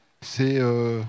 C'est